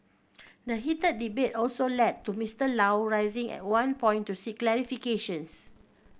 the heated debate also led to Mister Low rising at one point to seek clarifications